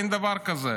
אין דבר כזה.